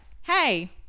hey